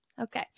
Okay